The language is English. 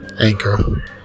Anchor